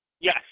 Yes